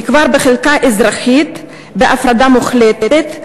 נקבר בחלקה אזרחית בהפרדה מוחלטת,